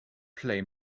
play